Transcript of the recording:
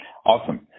Awesome